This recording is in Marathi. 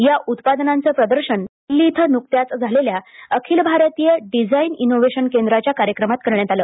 या उत्पादनांचं प्रदर्शन नवी दिल्ली इथं नुकत्याच झालेल्या अखिल भारतीय डिझाईन इनोवेशन केंद्राच्या प्रदर्शनात करण्यात आले